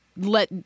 let